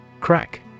Crack